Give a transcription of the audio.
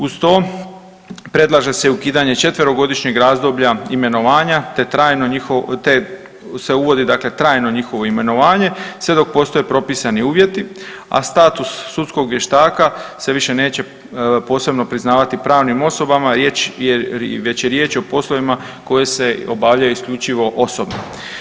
Uz to predlaže se i ukidanje 4-godišnjeg razdoblja imenovanja te trajno njihovo, te se uvodi dakle trajno njihovo imenovanje sve dok postoje propisani uvjeti, a status Sudskog vještaka se više neće posebno priznavati pravnim osobama već je riječ o poslovima koje se obavljaju isključivo osobno.